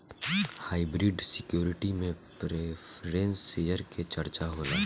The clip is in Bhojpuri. हाइब्रिड सिक्योरिटी में प्रेफरेंस शेयर के चर्चा होला